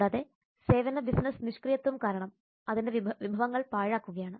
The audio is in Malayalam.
കൂടാതെ സേവന ബിസിനസ്സ് നിഷ്ക്രിയത്വം കാരണം അതിന്റെ വിഭവങ്ങൾ പാഴാക്കുകയാണ്